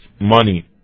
money